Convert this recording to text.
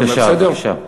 בבקשה.